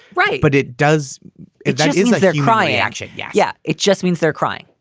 right. but it does it does that there cry action yeah. yeah. it just means they're crying.